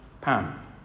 Pam